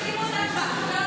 זכויות נשים.